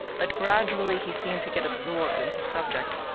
but gradually he seemed to get absorbed in his subject.